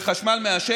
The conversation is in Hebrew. מכלוף מיקי זוהר,